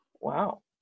Wow